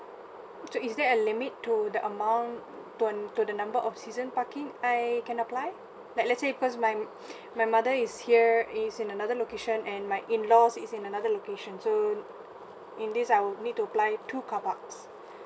so is there a limit to the amount to um to the number of season parking I can apply like let's say because my my mother is here is in another location and my in laws is in another location so in this I will need to apply two carparks